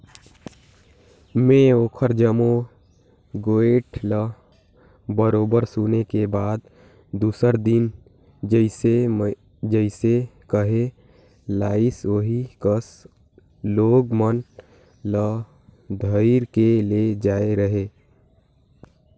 में ओखर जम्मो गोयठ ल बरोबर सुने के बाद दूसर दिन जइसे जइसे कहे लाइस ओही कस लोग मन ल धइर के ले जायें रहें